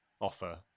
offer